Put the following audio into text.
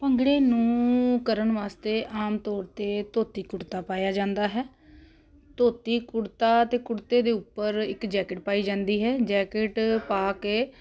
ਭੰਗੜੇ ਨੂੰ ਕਰਨ ਵਾਸਤੇ ਆਮ ਤੌਰ 'ਤੇ ਧੋਤੀ ਕੁੜਤਾ ਪਾਇਆ ਜਾਂਦਾ ਹੈ ਧੋਤੀ ਕੁੜਤਾ ਅਤੇ ਕੁੜਤੇ ਦੇ ਉੱਪਰ ਇੱਕ ਜੈਕਟ ਪਾਈ ਜਾਂਦੀ ਹੈ ਜੈਕਟ ਪਾ ਕੇ